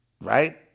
right